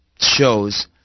shows